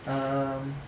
um